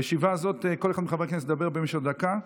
בישיבה הזאת כל חבר כנסת ידבר במשך דקה.